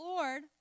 Lord